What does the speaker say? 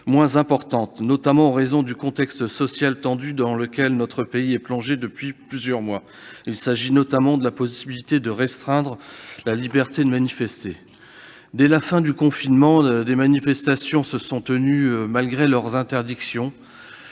moins importantes, notamment en raison du contexte social tendu dans lequel notre pays est plongé depuis plusieurs mois. C'est le cas de la possibilité de restreindre la liberté de manifester. Dès la fin du confinement, en dépit des interdictions,